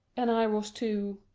and i was to?